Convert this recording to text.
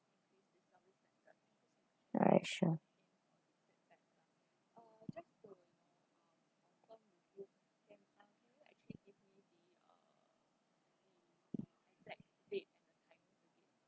alright sure